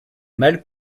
mal